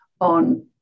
on